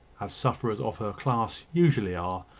as sufferers of her class usually are,